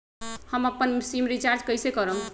हम अपन SIM recharge कइसे करम?